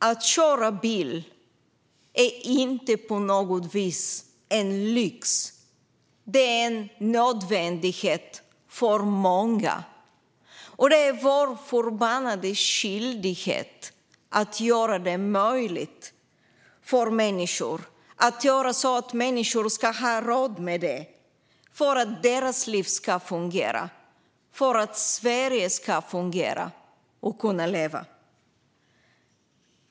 Att köra bil är inte på något vis en lyx. Det är en nödvändighet för många, och det är vår förbannade skyldighet att göra det möjligt för människor att ha råd med det för att deras liv ska fungera och för att Sverige ska kunna fungera och leva.